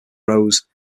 rose